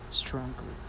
stronger